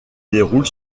déroule